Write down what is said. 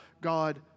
God